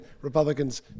republicans